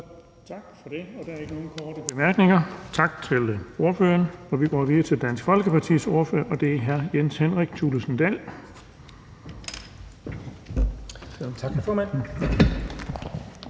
Tak for det. Der er ikke nogen korte bemærkninger. Tak til ordføreren. Vi går videre til Dansk Folkepartis ordfører, og det er hr. Jens Henrik Thulesen Dahl. Kl.